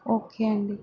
okay అండి